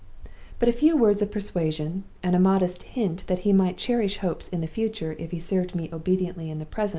but a few words of persuasion, and a modest hint that he might cherish hopes in the future if he served me obediently in the present,